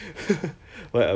ya 真的